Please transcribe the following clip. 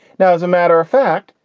now, as a matter of fact,